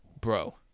bro